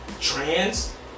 trans